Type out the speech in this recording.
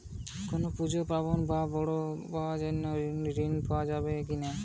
কোনো পুজো পার্বণ বা বেড়াতে যাওয়ার জন্য ঋণ পাওয়া যায় কিনা?